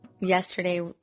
yesterday